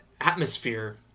atmosphere